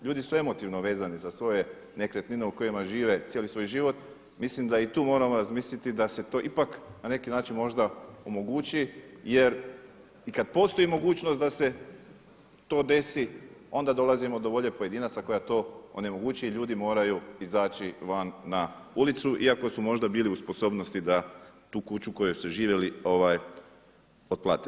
Ljudi su emotivno vezani za svoje nekretnine u kojima žive cijeli svoj život, mislim da i tu moramo razmisliti da se to ipak na neki način možda omogući jer i kad postoji mogućnost da se to desi onda dolazimo do volje pojedinaca koja to onemogući i ljudi moraju izaći van na ulicu iako su možda bili u sposobnosti da tu kuću u kojoj su živjeli otplate.